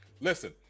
listen